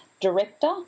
director